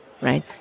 right